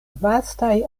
vastaj